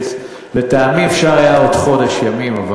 לטעמי אפשר היה עוד חודש ימים.